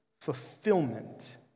fulfillment